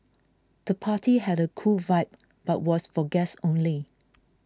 the party had a cool vibe but was for guests only